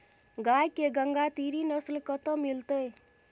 गाय के गंगातीरी नस्ल कतय मिलतै?